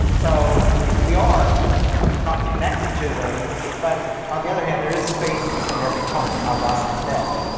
so we are not connected to them but on the other hand there is space between every part of us and them.